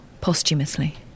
posthumously